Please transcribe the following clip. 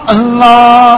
Allah